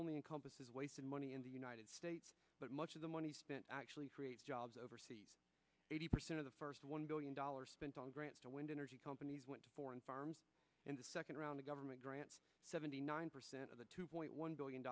only encompasses wasted money in the united states but much of the money spent actually creates jobs overseas eighty percent of the first one billion dollars spent on grants to wind energy companies went to foreign firms in the second round of government grants seventy nine percent of the two point one billion